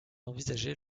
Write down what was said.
envisagée